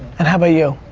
and how about you?